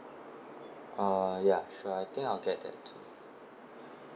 uh ya sure I think I'll get that too